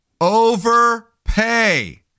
overpay